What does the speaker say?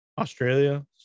Australia